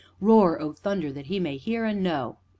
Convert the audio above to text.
roar, o thunder, that he may hear and know!